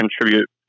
contribute